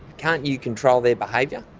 can't you control their behaviour?